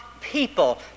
people